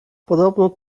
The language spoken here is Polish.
podobno